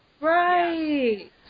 right